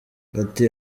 ati